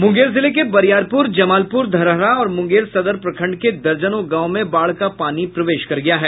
मुंगेर जिले के बरियारपुर जमालपुर धरहरा और मंगेर सदर प्रखंड के दर्जनों गांव में बाढ़ का पानी प्रवेश कर गया है